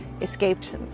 escaped